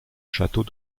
château